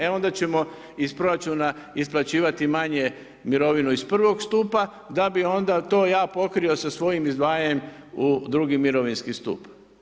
E onda ćemo iz proračuna isplaćivati manje mirovinu iz prvog stupa da bi onda to ja pokrio sa svojim izdvajanjem u drugi mirovinski stup.